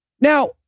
Now